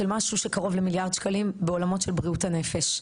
משהו שקרוב למיליארד שקלים בעולמות של בריאות הנפש,